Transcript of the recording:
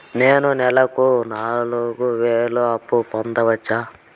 నేను నెలకు నాలుగు వేలు అప్పును పొందొచ్చా?